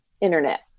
Internet